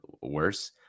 worse